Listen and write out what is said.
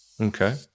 Okay